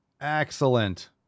excellent